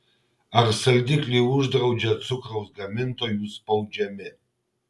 ar saldiklį uždraudžia cukraus gamintojų spaudžiami